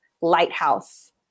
lighthouse